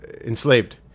enslaved